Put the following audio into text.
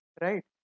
Right